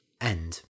End